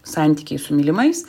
santykiais su mylimais